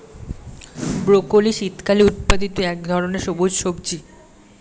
broccoli শীতকালে উৎপাদিত এক ধরনের সবুজ সবজি